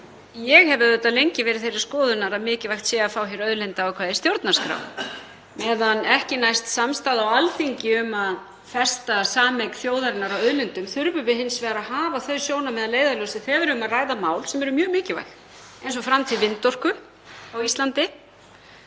Ég hef lengi verið þeirrar skoðunar að mikilvægt sé að fá auðlindaákvæði í stjórnarskrá. Meðan ekki næst samstaða á Alþingi um að festa sameign þjóðarinnar á auðlindum þurfum við hins vegar að hafa þau sjónarmið að leiðarljósi þegar við erum að ræða mál sem eru mjög mikilvæg eins og t.d. framtíð vindorku á Íslandi.